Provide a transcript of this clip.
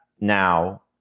now